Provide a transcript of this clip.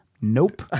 nope